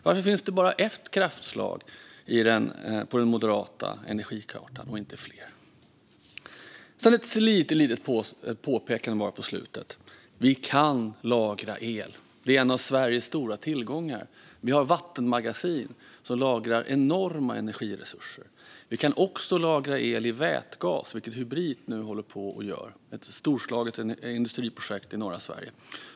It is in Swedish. Varför finns det bara ett kraftslag och inte fler på den moderata energikartan? Till sist vill jag bara göra ett litet påpekande. Vi kan lagra el. Det är en av Sveriges stora tillgångar. Vi har vattenmagasin som lagrar enorma energiresurser. Vi kan lagra el i vätgas, vilket Hybrit nu håller på och gör. Det är ett storslaget industriprojekt i norra Sverige.